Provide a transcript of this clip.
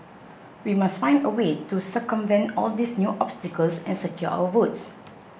we must find a way to circumvent all these new obstacles and secure our votes